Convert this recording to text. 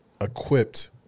equipped